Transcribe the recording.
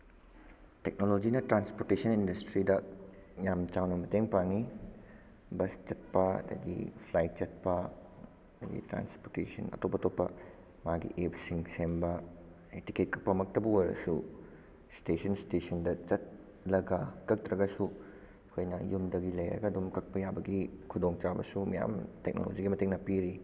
ꯇꯦꯛꯅꯣꯂꯣꯖꯤꯅ ꯇ꯭ꯔꯥꯟꯁꯄꯣꯔꯇꯦꯁꯟ ꯏꯟꯗꯁꯇ꯭ꯔꯤꯗ ꯌꯥꯝ ꯆꯥꯎꯅ ꯃꯇꯦꯡ ꯄꯥꯡꯉꯤ ꯕꯁ ꯆꯠꯄ ꯑꯗꯒꯤ ꯐ꯭ꯂꯥꯏꯠ ꯆꯠꯄ ꯑꯗꯒꯤ ꯇ꯭ꯔꯥꯟꯁꯄꯣꯔꯇꯦꯁꯟ ꯑꯇꯣꯞ ꯑꯇꯣꯞꯄ ꯃꯥꯒꯤ ꯑꯦꯞꯁꯤꯡ ꯁꯦꯝꯕ ꯑꯗꯒꯤ ꯇꯤꯀꯦꯠ ꯀꯛꯄꯃꯛꯇꯕꯨ ꯑꯣꯏꯔꯁꯨ ꯏꯁꯇꯦꯁꯟ ꯏꯁꯇꯦꯁꯟꯗ ꯆꯠꯂꯒ ꯀꯛꯇ꯭ꯔꯒꯁꯨ ꯑꯩꯈꯣꯏꯅ ꯌꯨꯝꯗꯒꯤ ꯂꯩꯔꯒ ꯑꯗꯨꯝ ꯀꯛꯄ ꯌꯥꯕꯒꯤ ꯈꯨꯗꯣꯡ ꯆꯥꯕꯁꯨ ꯃꯌꯥꯝ ꯇꯦꯛꯅꯣꯂꯣꯖꯤꯒꯤ ꯃꯇꯦꯡꯅ ꯄꯤꯔꯤ